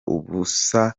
ubusa